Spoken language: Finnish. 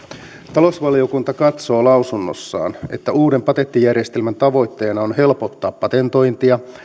talousvaliokunta katsoo lausunnossaan että uuden patenttijärjestelmän tavoitteena on helpottaa patentointia